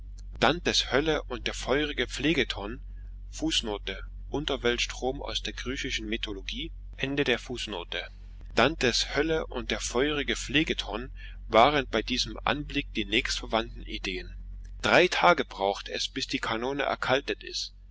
und der feurige phlegethon fußnote unterweltstrom aus der griechischen mythologie waren bei diesem anblick die nächstverwandten ideen drei tage braucht es ehe die kanone erkaltet ist